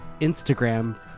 Instagram